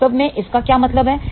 वास्तव में इसका क्या मतलब है